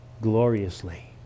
gloriously